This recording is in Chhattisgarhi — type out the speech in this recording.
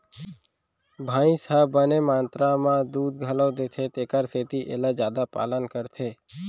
भईंस ह बने मातरा म दूद घलौ देथे तेकर सेती एला जादा पालन करथे